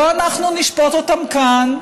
לא אנחנו נשפוט אותם כאן,